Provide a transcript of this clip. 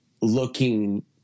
looking